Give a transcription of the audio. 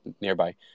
nearby